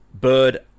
Bird